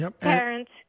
Parents